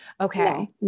Okay